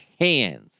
hands